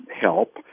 help